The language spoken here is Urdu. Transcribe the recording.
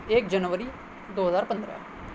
ایک جنوری دو ہزار پندرہ